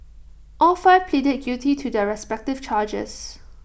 all five pleaded guilty to their respective charges